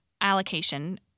allocation